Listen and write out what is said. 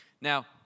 Now